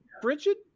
Bridget